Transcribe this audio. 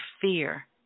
fear